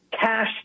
cash